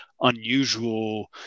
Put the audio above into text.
unusual